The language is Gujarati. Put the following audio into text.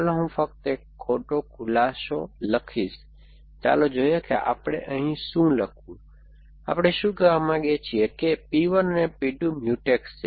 ચાલો હું ફક્ત એક ખોટો ખુલાસો લખીશ ચાલો જોઈએ કે આપણે અહીં શું લખવું આપણે શું કહેવા માંગીએ છીએ કે P 1 અને P 2 મ્યુટેક્સ છે